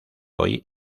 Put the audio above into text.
hoy